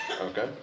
Okay